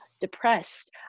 depressed